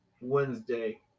Wednesday